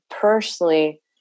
personally